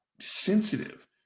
sensitive